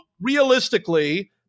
realistically